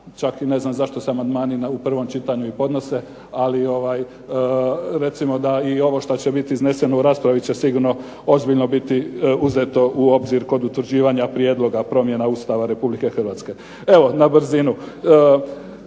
Čak i ne znam zašto se amandmani u prvom čitanju i podnose. Ali recimo da i ovo što će biti izneseno u raspravi će sigurno ozbiljno biti uzeto u obzir kod utvrđivanja Prijedloga promjena Ustava Republike Hrvatske. Evo na brzinu.